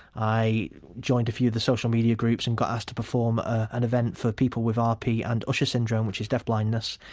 i joined a few of the social media groups and got asked to perform at an event for people with rp and usher syndrome, which is deaf blindness,